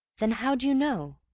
then how do you know?